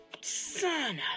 Son